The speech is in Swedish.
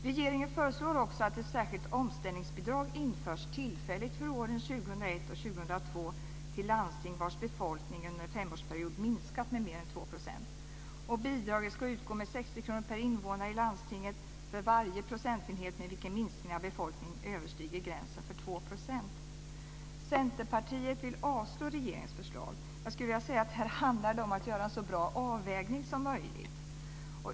Regeringen föreslår också att ett särskilt omställningsbidrag införs tillfälligt för åren 2001 och 2002 Centerpartiet vill avslå regeringens förslag men här handlar det om att göra en så bra avvägning som möjligt.